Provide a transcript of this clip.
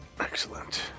Excellent